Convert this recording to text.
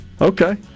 Okay